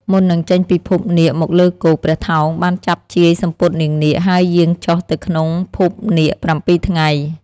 មុននឹងចេញពីភពនាគមកលើគោក ព្រះថោងបានចាប់ជាយ សំពត់នាងនាគ ហើយយាងចុះទៅក្នុងភពនាគ ៧ ថ្ងៃ។